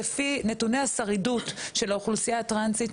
לפי נתונים השרידות של האוכלוסייה הטרנסית,